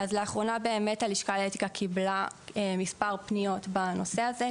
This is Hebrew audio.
לאחרונה באמת הלשכה לאתיקה קיבלה מס' פניות בנושא הזה,